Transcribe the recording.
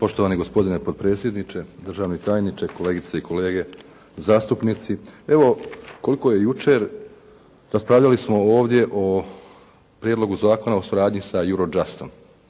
Poštovani gospodine potpredsjedniče, državni tajniče, kolegice i kolege zastupnici. Evo, koliko je jučer raspravljali smo ovdje o Prijedlogu zakona o suradnji sa Eurojustom,